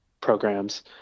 programs